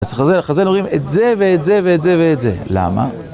אז חז"ל אומרים את זה, ואת זה, ואת זה, ואת זה. למה?